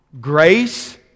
Grace